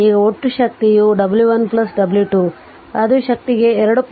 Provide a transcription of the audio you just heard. ಈಗ ಒಟ್ಟು ಶಕ್ತಿಯು w 1 w 2 ಅದು ಶಕ್ತಿಗೆ 2